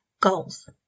goals